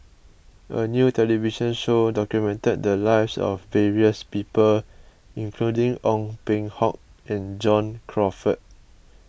a new television show documented the lives of various people including Ong Peng Hock and John Crawfurd